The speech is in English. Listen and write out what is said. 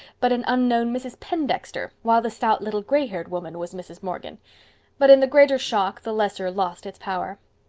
but an unknown mrs. pendexter, while the stout little gray-haired woman was mrs. morgan but in the greater shock the lesser lost its power.